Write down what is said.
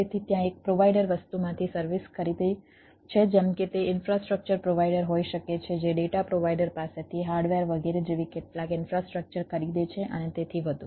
તેથી ત્યાં એક પ્રોવાઈડર વસ્તુમાંથી સર્વિસ ખરીદે છે જેમ કે તે ઇન્ફ્રાસ્ટ્રક્ચર પ્રોવાઈડર હોઈ શકે છે જે ડેટા પ્રોવાઈડર પાસેથી હાર્ડવેર વગેરે જેવી કેટલાક ઇન્ફ્રાસ્ટ્રક્ચર ખરીદે છે અને તેથી વધુ